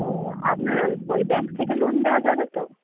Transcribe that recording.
তো আপনার ওই ওই ব্যাঙ্ক থেকে লোন দেওয়া যাবে তো